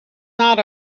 not